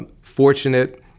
fortunate